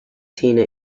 tina